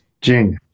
Genius